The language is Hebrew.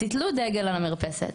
תיתלו דגל גאווה על המרפסת.